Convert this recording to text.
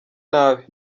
nabi